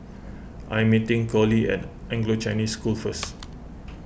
I am meeting Coley at Anglo Chinese School first